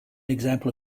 example